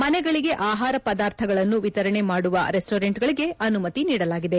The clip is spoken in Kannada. ಮನೆಗಳಿಗೆ ಆಹಾರ ಪದಾರ್ಥಗಳನ್ನು ವಿತರಣೆ ಮಾಡುವ ರೆಸ್ಟೋರೆಂಟ್ಗಳಿಗೆ ಅನುಮತಿ ನೀಡಲಾಗಿದೆ